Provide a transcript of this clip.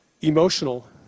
emotional